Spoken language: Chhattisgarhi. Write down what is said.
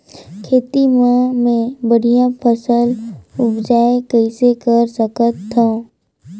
खेती म मै बढ़िया फसल उपजाऊ कइसे कर सकत थव?